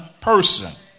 person